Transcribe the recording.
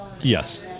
Yes